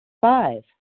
Five